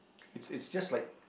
it's it's just like